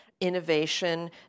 Innovation